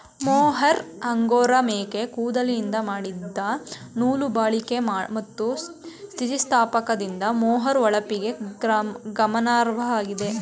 mohair angora ಮೇಕೆ ಕೂದಲಿಂದ ಮಾಡಿದ ನೂಲು ಬಾಳಿಕೆ ಮತ್ತು ಸ್ಥಿತಿಸ್ಥಾಪಕದಿಂದ ಮೊಹೇರ್ ಹೊಳಪಿಗೆ ಗಮನಾರ್ಹವಾಗಿದೆ